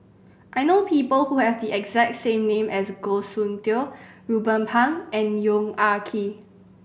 I know people who have the exact same name as Goh Soon Tioe Ruben Pang and Yong Ah Kee